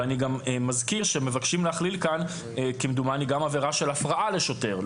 אני גם מזכיר שמבקשים להכליל כאן כמדומני גם עבירה של הפרעה לשוטר.